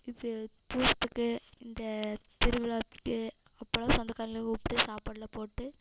இது பூசத்துக்கு இந்த திருவிழாக்கு அப்போல்லாம் சொந்தக்காரங்கலாம் கூப்பிட்டு சாப்பாடுலாம் போட்டு